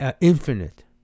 infinite